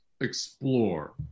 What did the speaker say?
explore